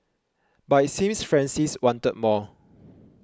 but it seems Francis wanted more